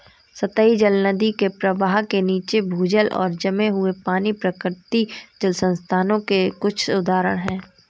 सतही जल, नदी के प्रवाह के नीचे, भूजल और जमे हुए पानी, प्राकृतिक जल संसाधनों के कुछ उदाहरण हैं